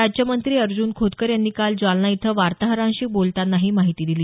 राज्यमंत्री अर्जुन खोतकर यांनी काल जालना इथं वार्ताहरांशी बोलताना ही माहिती दिली